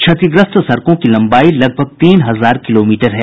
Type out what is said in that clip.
क्षतिग्रस्त सड़कों की लंबाई लगभग तीन हजार किलोमीटर है